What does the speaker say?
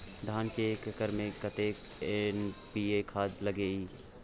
धान के एक एकर में कतेक एन.पी.ए खाद लगे इ?